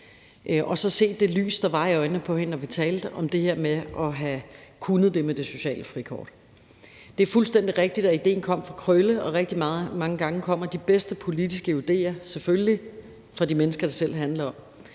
Men at se det lys, der var i øjnene på hende, når vi talte om det her med at have kunnet det med det sociale frikort, kommer jeg aldrig til at glemme. Det er fuldstændig rigtigt, at idéen kom fra Krølle, og rigtig mange gange kommer de bedste politiske idéer selvfølgelig fra de mennesker selv, det handler om.